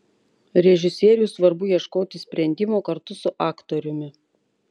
režisieriui svarbu ieškoti sprendimo kartu su aktoriumi